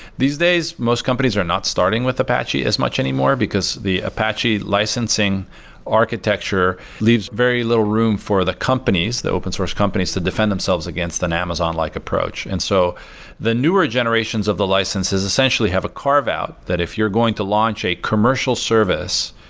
these days, most companies are not starting with apache as much anymore, because the apache licensing architecture leaves very little room for the companies, the open source companies, to defend themselves against an amazon-like approach. and so the newer generations of the licenses essentially have a carve out, that if you're going to launch a commercial service,